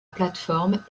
plateforme